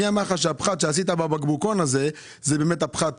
מי אמר לך שהפחת שעשית בבקבוקון הזה הוא באמת הפחת?